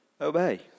obey